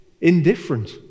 indifferent